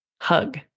hug